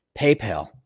PayPal